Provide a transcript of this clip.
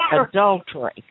adultery